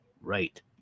Right